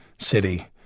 city